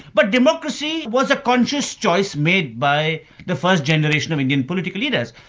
but democracy was a conscious choice made by the first generation of indian political leaders.